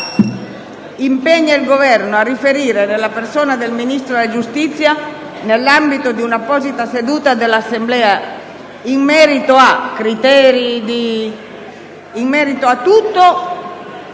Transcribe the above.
«impegna il Governo a riferire, nella persona del Ministro della giustizia, nell'ambito di una apposita seduta dell'Assemblea, in merito a». A questo punto,